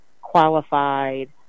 qualified